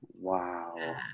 Wow